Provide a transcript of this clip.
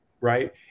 right